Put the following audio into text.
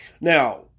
now